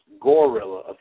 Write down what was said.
Gorilla